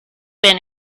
been